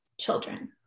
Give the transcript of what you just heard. children